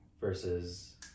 Versus